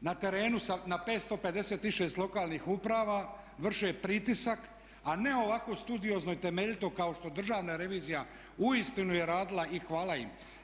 na terenu na 556 lokalnih uprava vrše pritisak, a ne ovako studiozno i temeljito kao što Državna revizija uistinu je radila i hvala im.